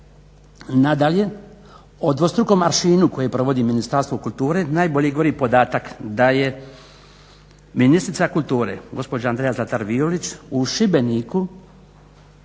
Nadalje, o dvostrukom aršinu koje provodi Ministarstvo kulture najbolje govori podatak da je ministrica kulture gospođa Andrea Zlatar Violić u Šibeniku